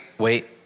Wait